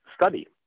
study